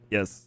Yes